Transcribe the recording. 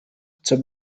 zur